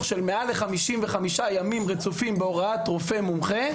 למעלה מ-55 ימים רצופים בהוראת רופא מומחה.